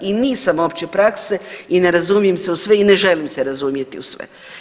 I nisam opće prakse i ne razumijem se u sve i ne želim se razumjeti u sve.